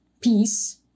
peace